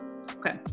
Okay